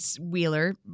wheeler